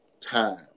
Time